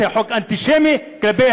כמו שאמרתי,